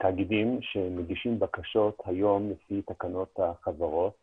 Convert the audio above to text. לתאגידים שמגישים בקשות יום לפי תקנות חברות פירוק.